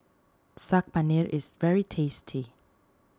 Saag Paneer is very tasty